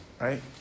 right